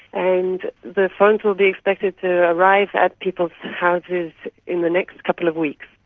and the phones will be expected to arrive at people's houses in the next couple of weeks.